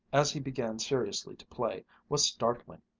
as he began seriously to play, was startling,